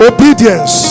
Obedience